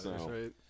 right